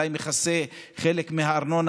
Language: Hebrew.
אולי מכסה חלק מהארנונה,